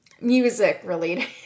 music-related